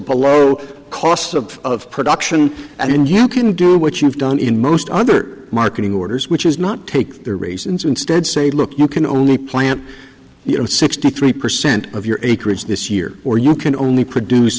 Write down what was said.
below cost of production and you can do what you have done in most other marketing orders which is not take their reasons instead say look you can only plant you know sixty three percent of your acreage this year or you can only produce